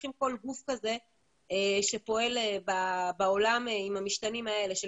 לוקחים כל גוף כזה שפועל בעולם עם המשתנים האלה של,